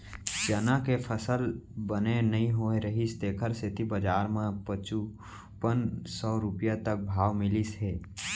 चना के फसल ह बने नइ होए रहिस तेखर सेती बजार म पचुपन सव रूपिया तक भाव मिलिस हे